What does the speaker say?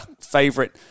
favorite